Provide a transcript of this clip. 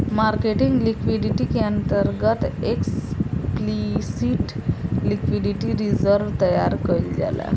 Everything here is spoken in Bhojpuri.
मार्केटिंग लिक्विडिटी के अंतर्गत एक्सप्लिसिट लिक्विडिटी रिजर्व तैयार कईल जाता